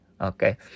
Okay